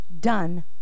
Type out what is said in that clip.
done